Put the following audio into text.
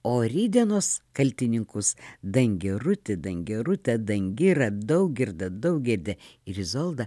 o rytdienos kaltininkus dangirutį dangirutę dangirą daugirdą daugirdę ir izoldą